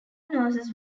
nurses